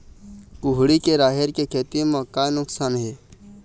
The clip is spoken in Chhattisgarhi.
कुहड़ी के राहेर के खेती म का नुकसान हे?